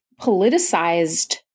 politicized